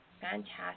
Fantastic